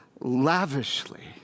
lavishly